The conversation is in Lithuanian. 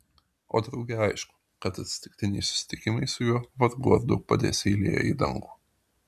o drauge aišku kad atsitiktiniai susitikimai su juo vargu ar daug padės eilėje į dangų